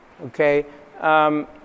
Okay